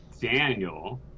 Daniel